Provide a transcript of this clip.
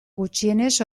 gutxienez